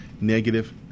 negative